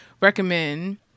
recommend